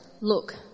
Look